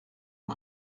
een